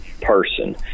person